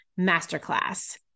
masterclass